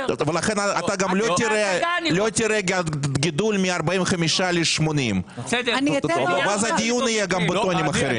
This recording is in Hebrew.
לכן לא תראה גידול מ-45 ל-80 ואז הדיון יהיה גם בטונים אחרים.